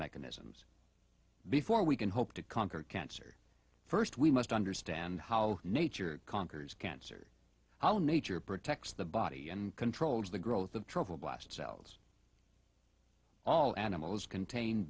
mechanisms before we can hope to conquer cancer first we must understand how nature conquers cancer how in nature protects the body and controls the growth of trouble blast cells all animals contain